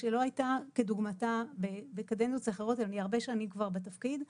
שלא הייתה כדוגמתה בקדנציות אחרות ואני הרבה שנים כבר בתפקיד,